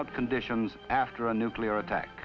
out conditions after a nuclear attack